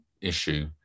issue